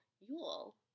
Yule